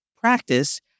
practice